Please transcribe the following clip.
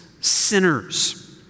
sinners